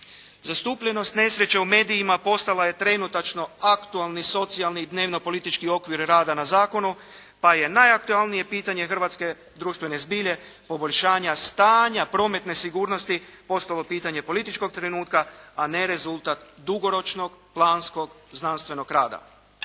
Zastupljenost nesreće u medijima postala je trenutačno aktualni socijalni i dnevno-politički okvir rada na zakonu, pa je najaktualnije pitanje hrvatske društvene zbilje poboljšanja stanja prometne sigurnosti postalo pitanje političkog trenutka, a ne rezultat dugoročnog, planskog, znanstvenog rada.